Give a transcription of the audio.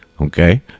okay